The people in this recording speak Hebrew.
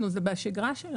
זה שגרתי.